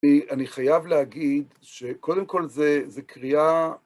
ואני חייב להגיד שקודם כל זה, זה קריאה...